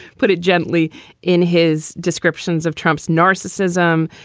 put it gently in his descriptions of trump's narcissism.